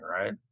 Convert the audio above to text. right